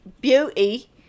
beauty